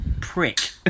prick